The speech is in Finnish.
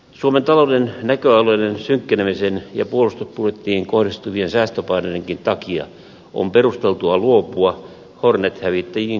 suomen talouden näköalojen synkkenemisen ja puolustusbudjettiin kohdistuvien säästöpaineidenkin takia on perusteltua luopua hornet hävittäjien kalliista asejärjestelmähankinnasta